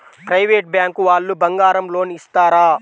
Private bank వాళ్ళు బంగారం loan ఇస్తారా?